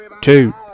two